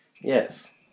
yes